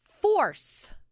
force